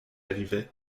arrivait